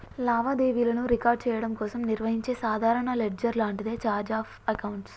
లావాదేవీలను రికార్డ్ చెయ్యడం కోసం నిర్వహించే సాధారణ లెడ్జర్ లాంటిదే ఛార్ట్ ఆఫ్ అకౌంట్స్